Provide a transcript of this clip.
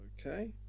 Okay